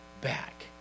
back